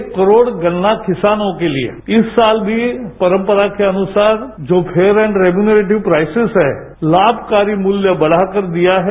एक करोड़ गन्ना किसानोंके लिए इस साल भी परंपरा के अनुसार जो फेयर एंड रेगेनेरेटिव प्राइसिज हैं लाभकारी मूल्य बढ़ाकर दिया है